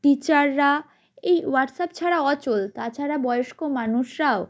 টিচাররা এই হোয়াটসঅ্যাপ ছাড়া অচল তাছাড়া বয়স্ক মানুষরাও